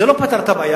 זה לא פתר את הבעיה,